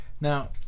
Now